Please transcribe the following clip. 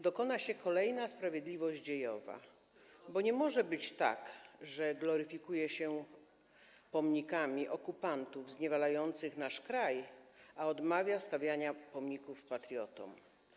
Dokona się kolejna sprawiedliwość dziejowa, bo nie może być tak, że gloryfikuje się pomnikami okupantów zniewalających nasz kraj, a odmawia się stawiania pomników patriotom.